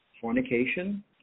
fornication